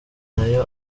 nayo